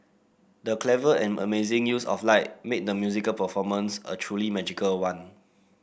the clever and amazing use of light made the musical performance a truly magical one